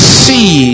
see